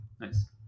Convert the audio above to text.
Nice